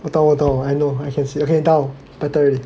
我懂我懂 I know I can see okay now better already